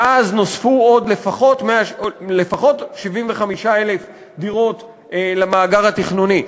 מאז נוספו עוד לפחות 75,000 דירות למאגר התכנוני.